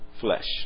flesh